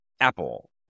Apple